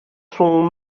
son